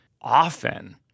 often